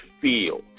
feel